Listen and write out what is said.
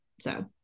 So-